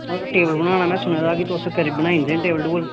table बनाना में सुने दा की तुस बनाई दिंदे टेबल टूबल